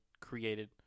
created